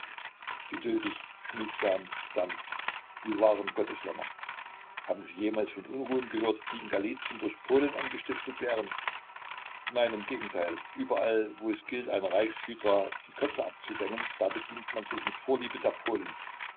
geduldig schmiegsam sanft die wahren gotteslämmer haben sie jemals von unruhen gehört die in galizien durch polen angestiftet wären nein im gegenteil überall wos gilt einer reichshydra die köpfe abzusengen da bedient man sich mit vorliebe der polen